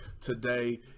today